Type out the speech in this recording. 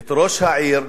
את ראש העיר,